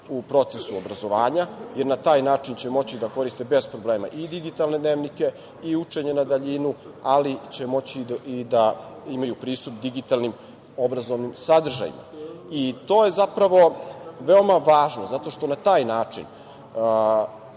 u procesu obrazovanja jer na taj način će moći da koriste bez problema i digitalne dnevnike i učenje na daljinu, ali će moći i da imaju pristup digitalnim obrazovanim sadržajima. I to je zapravo veoma važno zato što na taj način